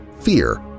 fear